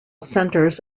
centers